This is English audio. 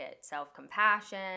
self-compassion